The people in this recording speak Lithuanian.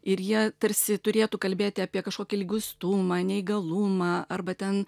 ir jie tarsi turėtų kalbėti apie kažkokį liguistumą neįgalumą arba ten